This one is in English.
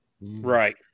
Right